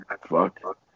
fuck